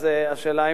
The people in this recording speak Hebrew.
אז השאלה,